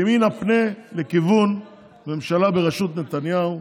ימינה פנה לכיוון ממשלה בראשות נתניהו,